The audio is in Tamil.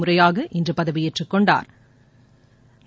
முறையாக இன்று பதவியேற்றுக் கொண்டாா்